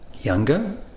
younger